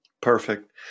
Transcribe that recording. Perfect